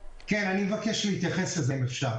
אני מבקש להתייחס לזה.